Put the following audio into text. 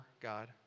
God